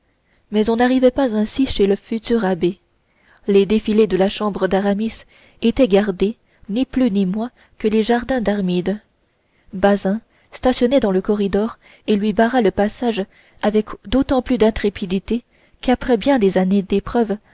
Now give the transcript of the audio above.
mais on n'arrivait pas ainsi chez le futur abbé les défilés de la chambre d'aramis étaient gardés ni plus ni moins que les jardins d'aramis bazin stationnait dans le corridor et lui barra le passage avec d'autant plus d'intrépidité qu'après bien des années